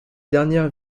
dernière